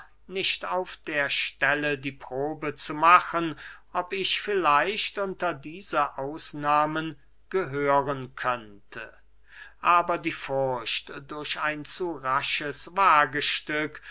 nicht auf der stelle die probe zu machen ob ich vielleicht unter diese ausnahmen gehören könnte aber die furcht durch ein zu rasches wagestück